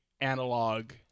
analog